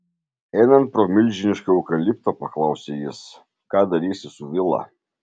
einant pro milžinišką eukaliptą paklausė jis ką darysi su vila